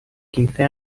quince